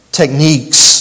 techniques